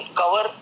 cover